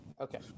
Okay